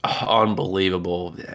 Unbelievable